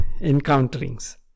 encounterings